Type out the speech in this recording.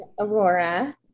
Aurora